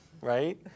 Right